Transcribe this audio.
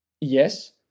Yes